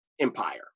empire